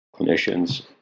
clinicians